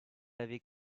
avait